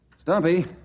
Stumpy